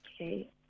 Okay